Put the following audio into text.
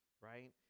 right